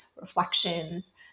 reflections